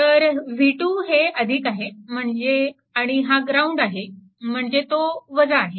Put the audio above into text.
तर v2 हे आहे म्हणजे आणि हा ग्राउंड आहे म्हणजे तो आहे